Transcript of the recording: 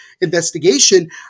investigation